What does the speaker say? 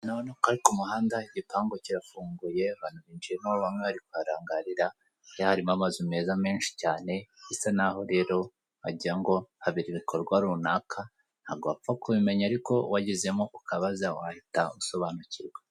Murabona ko ari kumuhada igipangu kirafunguye hahora hicayemo abantu bamwe bari kuharangarira , harimo amazu meza menshi cyane ndetse naho rero wagira ngo habera ibikorwa runaka. Ntabwo wapfa kubimenya ariko wagezeyo ukabaza wahita usonanukirwa.